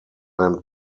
him